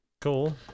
cool